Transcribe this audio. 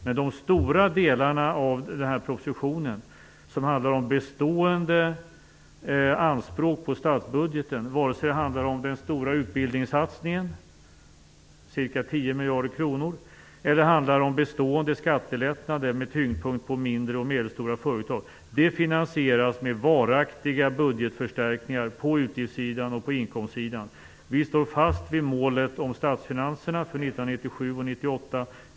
Men de stora delarna av propositionen som handlar om bestående anspråk på statsbudgeten - vare sig det handlar om den stora utbildningssatsningen på ca 10 miljarder kronor eller om bestående skattelättnader med tyngdpunkt på mindre och medelstora företag - finansieras med varaktiga budgetförstärkningar på utgiftssidan och på inkomstsidan. Vi står vid målet om statsfinanserna för 1997 och 1998.